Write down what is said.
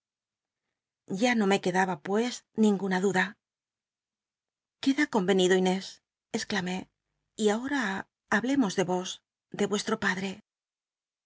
ya no me quedaba pues ninguna duda queda corwenido inés exclamé y ahora hablemos de vos de vuestr o padr e